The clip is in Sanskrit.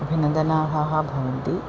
अभिनदनार्हाः भवन्ति